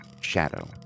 shadow